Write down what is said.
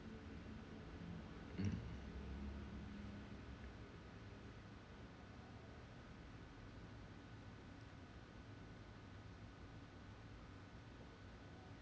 mm